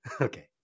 Okay